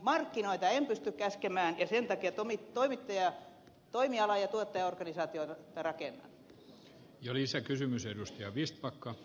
markkinoita en pysty käskemään ja sen takia toimiala ja tuottajaorganisaatiota rakennan